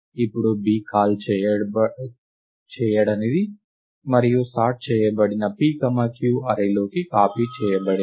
ఇప్పుడు b call చేయడనిది మరియు సార్ట్ చేయబడిన p q అర్రే లోకి కాపీ చేయబడింది